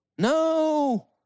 No